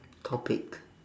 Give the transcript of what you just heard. topic